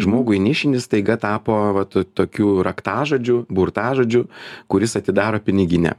žmogui nišinis staiga tapo vat tokiu raktažodžiu burtažodžiu kuris atidaro piniginę